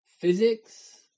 Physics